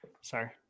sorry